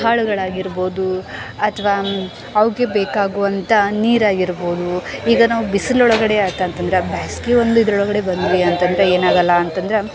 ಕಾಳುಗಳಾಗಿರ್ಬೋದು ಅಥ್ವಾ ಅವಕ್ಕೆ ಬೇಕಾಗುವಂಥ ನೀರಾಗಿರ್ಬೋದು ಈಗ ನಾವು ಬಿಸಿಲೊಳ್ಗಡೆ ಯಾಕಂತಂದ್ರೆ ಬಿಸಿಲು ಒಂಸು ಇದರೊಳಗಡೆ ಬಂದ್ವಿ ಅಂತಂದ್ರೆ ಏನಾಗೋಲ್ಲ ಅಂತಂದ್ರೆ